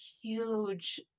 huge